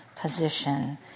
position